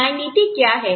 न्याय नीति क्या है